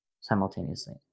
simultaneously